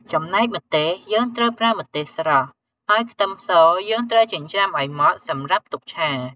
ចំណែកម្ទេស យើងត្រូវប្រើម្ទេសស្រស់ ហើយខ្ទឹមសយើងត្រូវចិញ្រ្ចាំឲ្យម៉ដ្ឋសម្រាប់ទុកឆា។